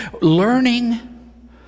learning